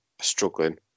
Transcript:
struggling